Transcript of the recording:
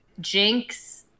jinx